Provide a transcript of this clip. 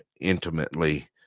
intimately